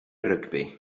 rygbi